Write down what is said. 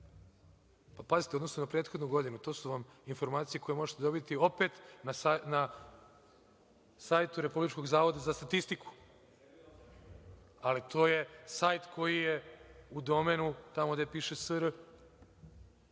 Pazite, u odnosu na prethodnu godinu, to su vam informacije koje možete dobiti opet na sajtu Republičkog zavoda za statistiku, ali to je sajt koji je u domenu tamo gde piše